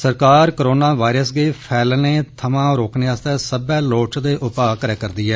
सरकार corona virus गी फैलने थवां रोकने आस्तै सब्बै लोड़चदे उपाऽ करै करदी ऐ